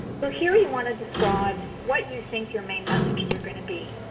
so here you want to describe what you think your main messages are going to be.